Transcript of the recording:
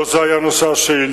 לא זה היה נושא השאילתא,